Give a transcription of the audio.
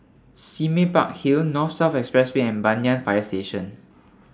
Sime Park Hill North South Expressway and Banyan Fire Station